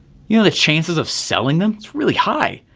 you know the chances of selling them really high,